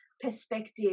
perspective